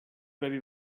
very